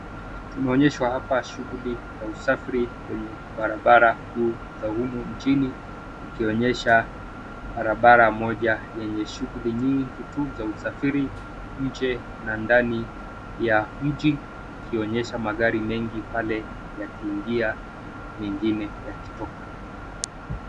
Tumeonyeshwa hapa shughuli za usafiri kwenye barabara kuu za humu nchini ikionyesha barabara moja yenye shughuli nyingi tu za usafiri nje na ndani ya mji ukionyesha magari mengi pale yakiingia mengine yakitoka.